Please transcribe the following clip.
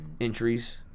entries